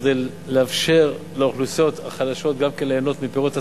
כדי לאפשר לאוכלוסיות החלשות גם כן ליהנות מפירות הצמיחה,